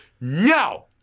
No